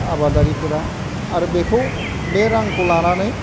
आबादारिफोरा आरो बेखौ बे रांखौ लानानै